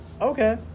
Okay